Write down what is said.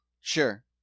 Sure